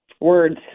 words